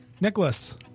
Nicholas